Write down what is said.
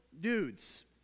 dudes